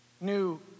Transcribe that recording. new